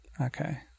Okay